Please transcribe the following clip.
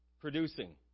producing